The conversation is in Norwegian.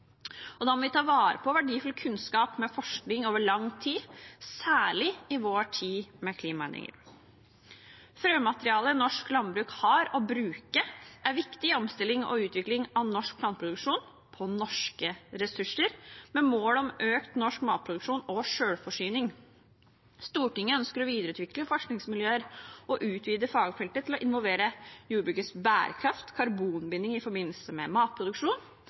Da må vi ta vare på verdifull kunnskap med forskning over lang tid, særlig i vår tid med klimaendringer. Frømaterialet norsk landbruk har å bruke, er viktig i omstilling og utvikling av norsk planteproduksjon på norske ressurser – og med mål om økt norsk matproduksjon og selvforsyning. Stortinget ønsker å videreutvikle forskningsmiljøer og utvide fagfeltet til å involvere jordbrukets bærekraft, karbonbinding i forbindelse med matproduksjon,